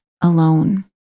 alone